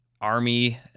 Army